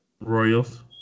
Royals